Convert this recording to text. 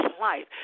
life